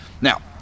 Now